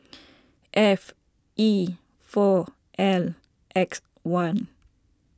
F E four L X one